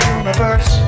universe